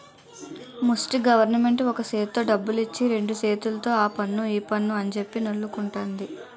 ముస్టి గవరమెంటు ఒక సేత్తో డబ్బులిచ్చి రెండు సేతుల్తో ఆపన్ను ఈపన్ను అంజెప్పి నొల్లుకుంటంది